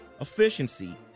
efficiency